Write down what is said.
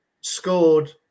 scored